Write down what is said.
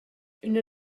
üna